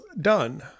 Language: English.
done